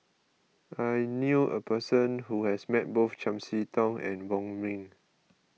I knew a person who has met both Chiam See Tong and Wong Ming